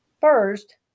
First